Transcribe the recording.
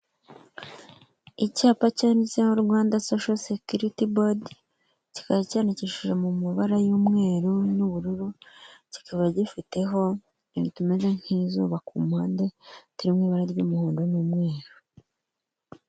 Icyapa cyanditseho Rwanda sosho sekiriti bodi, kikaba cyandikishije mu mabara y'umweru n'ubururu, kikaba gifiteho utuntu tumeze nk'izuba ku mpande turi mu ibara ry'umuhondo n'umweru.